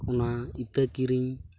ᱚᱱᱟ ᱤᱛᱟᱹ ᱠᱤᱨᱤᱧ